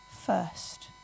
first